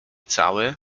cały